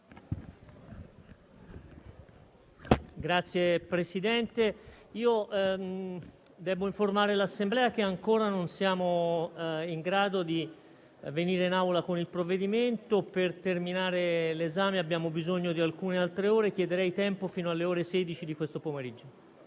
Signor Presidente, devo informare l'Assemblea che ancora non siamo in grado di venire in Aula per discutere il provvedimento. Per terminare l'esame abbiamo bisogno di altre ore. Chiederei pertanto tempo fino alle ore 16 di questo pomeriggio.